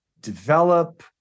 develop